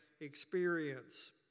experience